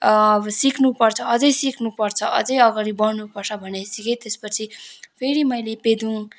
अब सिक्नुपर्छ अझै सिक्नुपर्छ अझै अगाडि बढ्नुपर्छ भन्ने सिकेँ त्यसपछि फेरि मैले पेदुङ